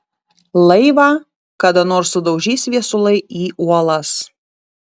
laivą kada nors sudaužys viesulai į uolas